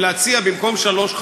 ולהציע במקום שלוש,